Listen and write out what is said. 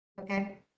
Okay